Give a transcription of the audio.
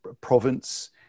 province